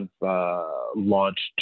launched